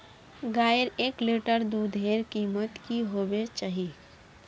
गायेर एक लीटर दूधेर कीमत की होबे चही?